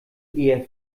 eher